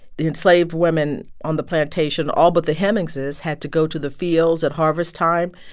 the enslaved women on the plantation, all but the hemingses, had to go to the fields at harvest time.